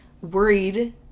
worried